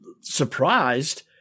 surprised